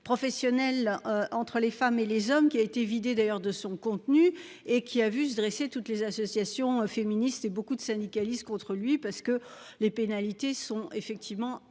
Professionnelle entre les femmes et les hommes qui a été vidée d'ailleurs de son contenu et qui a vu se dresser toutes les associations féministes et beaucoup de syndicalistes contre lui parce que les pénalités sont effectivement